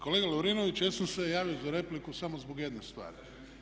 Kolega Lovrinoviću ja sam se javio za repliku samo zbog jedne stvari.